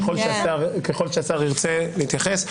ככל שהשר ירצה להתייחס,